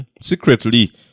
secretly